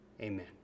Amen